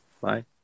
Bye